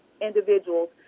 individuals –